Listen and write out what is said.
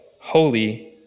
holy